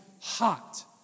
hot